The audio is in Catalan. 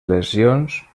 lesions